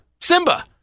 Simba